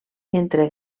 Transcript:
entre